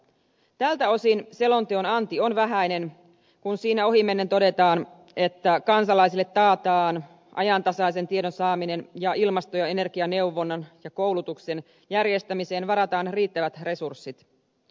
tältä osin selonteon anti on vähäinen kun siinä ohimennen todetaan että kansalaisille taataan ajantasaisen tiedon saaminen ja ilmasto ja energianeuvonnan ja koulutuksen järjestämiseen varataan riittävät resurssit